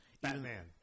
Batman